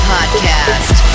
Podcast